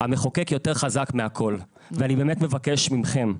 המחוקק יותר חזק מהכול ואני באמת מבקש מכם,